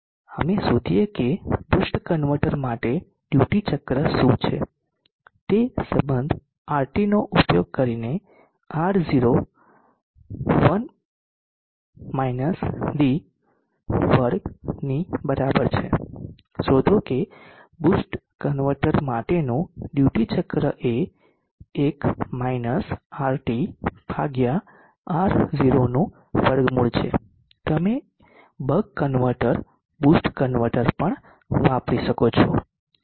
અમે શોધીએ કે બૂસ્ટ કન્વર્ટર માટે ડ્યુટી ચક્ર શું છે તે સંબંધ RT નો ઉપયોગ કરીને R0 2 ની બરાબર છે શોધો કે બૂસ્ટ કન્વર્ટર માટેનું ડ્યુટી ચક્ર એ 1 માઈનસ RT ભાગ્યા R0 નું વર્ગમૂળ છે તમે બક કન્વર્ટર બૂસ્ટ કન્વર્ટર પણ વાપરી શકો છો